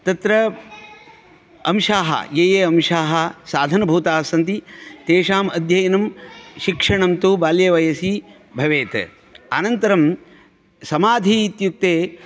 तत्र अंशाः ये ये अंशाः साधनभूताः सन्ति तेषाम् अध्ययनं शिक्षणं तु बाल्ये वयसि भवेत् अनन्तरं समाधि इत्युक्ते